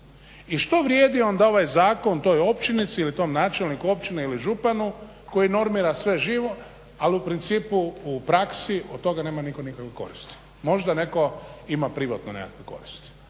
I što vrijedi onda ovaj zakon toj općinici ili tom načelniku općine ili županu koji normira sve živo, ali u principu u praksi od toga nema nitko nikakve koristi. Možda netko ima privatno nekakvu korist.